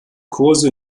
kurse